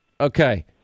Okay